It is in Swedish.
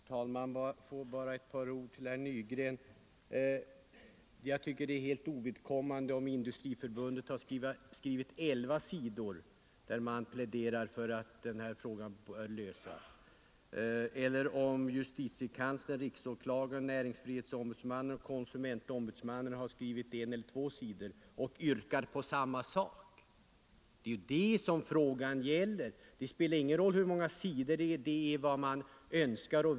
Herr talman! Bara ett par ord till herr Nygren. Jag tycker det är helt ovidkommande om Industriförbundet har skrivit 11 sidor, där man pläderar för hur den här frågan bör lösas, eller om man som justitiekanslern, riksåklagaren, näringsfrihetsombudsmannen och konsumentombudsmannen har skrivit en eller två sidor. Det är frågan det gäller. Sedan spelar det ingen roll hur många sidor ett yttrande omfattar.